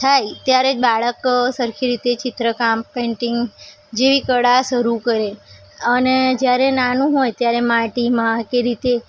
થાય ત્યારે જ બાળક સરખી રીતે ચિત્રકામ પેઇન્ટિંગ જેવી કળા શરુ કરે અને જયારે નાનું હોય ત્યારે માટીમાં કે રેતી